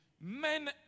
men